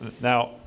now